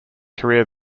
career